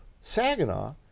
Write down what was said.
Saginaw